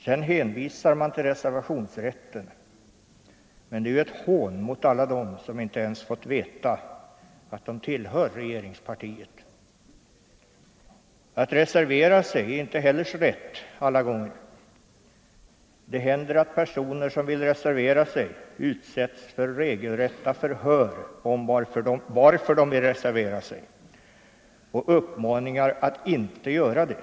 Sedan hänvisar man till reservationsrätten, men det är ju ett hån mot alla dem som inte ens har fått veta att de tillhör regeringspartiet. Och att reservera sig är inte heller så lätt alla gånger. Det händer att personer som vill reservera sig utsättes för regelrätta förhör om varför de vill reservera sig och uppmanas att inte göra det.